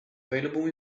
available